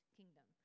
kingdom